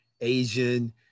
Asian